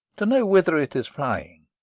to know whither it is flying.